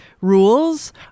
rules